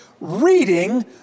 reading